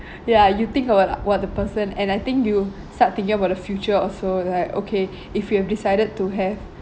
ya you think about what the person and I think you start thinking about the future also like okay if you have decided to have